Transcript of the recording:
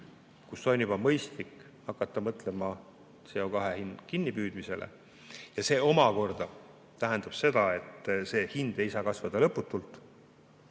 kus on juba mõistlik hakata mõtlema CO2kinnipüüdmisele. Ja see omakorda tähendab seda, et see hind ei saa kasvada lõputult.